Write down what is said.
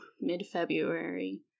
mid-February